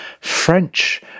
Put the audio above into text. French